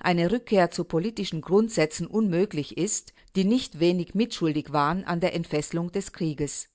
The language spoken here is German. eine rückkehr zu politischen grundsätzen unmöglich ist die nicht wenig mitschuldig waren an der entfesselung des krieges